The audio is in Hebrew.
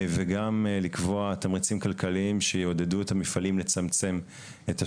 וגם לקבוע תמריצים כלכליים שיעודדו את המפעלים לצמצם את השאיבה.